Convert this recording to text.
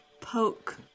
poke